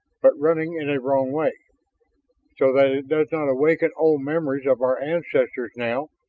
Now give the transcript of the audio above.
but running in a wrong way so that it does not awaken old memories of our ancestors now,